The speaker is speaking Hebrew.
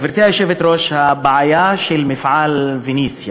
גברתי היושבת-ראש, הבעיה של מפעל "פניציה",